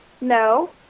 No